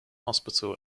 hospital